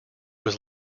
was